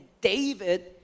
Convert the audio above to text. David